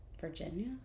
Virginia